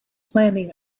planning